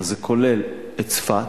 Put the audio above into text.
זה כולל את צפת,